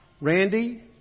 Randy